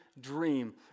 dream